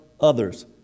others